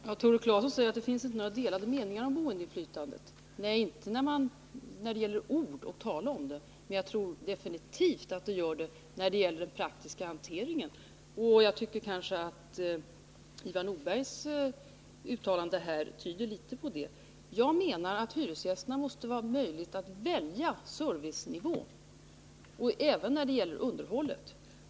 Herr talman! Tore Claeson säger att det inte råder några delade meningar när det gäller hyresgästernas boendeinflytande. Nej, inte när det gäller att tala om det, men jag tror definitivt att så är fallet när det gäller den praktiska hanteringen. Jag tycker nog att Ivar Nordbergs uttalande här i viss mån tyder på det. Jag menar att hyresgästerna måste ha möjlighet att välja servicenivå, även när det gäller underhållet.